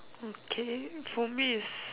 okay for me is